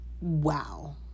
Wow